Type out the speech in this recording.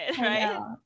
right